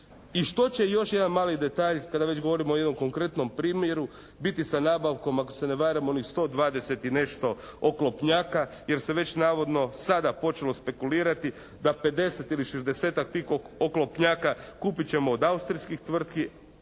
I što će, još jedan mali detalj, kada već govorimo o jednom konkretnom primjeru biti sa nabavkom ako se ne varam onih 120 i nešto oklopnjaka jer se već navodno sada počelo spekulirati da 50 ili 60-tak tih oklopnjaka kupit ćemo od austrijskih tvrtki,